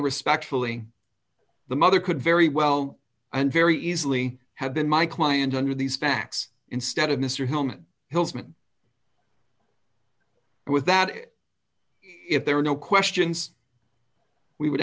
respectfully the mother could very well and very easily have been my client under these facts instead of mr hellman hillsman with that if there were no questions we would